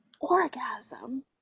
Orgasm